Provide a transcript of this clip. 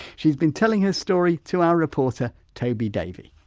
she's been telling her story to our reporter toby davey.